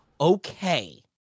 okay